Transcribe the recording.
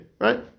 Right